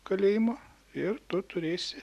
kalėjimo ir tu turėsi